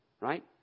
Right